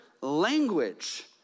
language